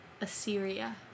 Assyria